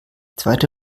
zweite